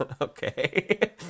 Okay